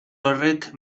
horrek